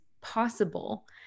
possible